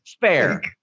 Fair